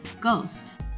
ghost